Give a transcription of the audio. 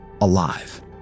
alive